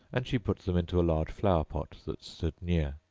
and she put them into a large flower-pot that stood near.